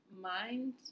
mind